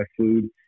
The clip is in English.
food